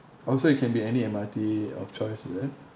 oh so it can be any M_R_T of choice is it